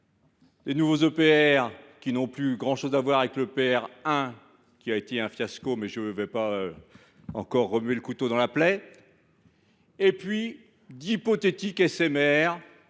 de nouveaux EPR, qui n’ont plus grand chose à voir avec l’EPR1, qui a été un fiasco – je ne vais pas remuer le couteau dans la plaie –, et puis d’hypothétiques SMR,